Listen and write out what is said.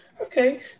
Okay